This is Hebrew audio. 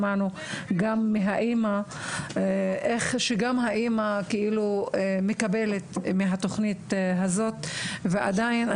שמענו גם מהאמא איך גם היא בעצמה מקבלת מהתוכנית הזאת ועדיין,